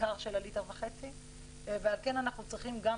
בעיקר של הליטר וחצי - אנחנו צריכים גם